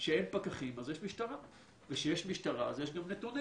כשאין פקחים אז יש משטרה וכשיש משטרה אז יש גם נתונים.